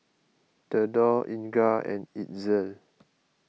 thedore Inga and Itzel